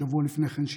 בשבוע לפני כן,